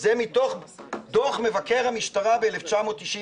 זה מתוך דוח מבקר המשטרה ב-1992.